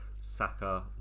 Saka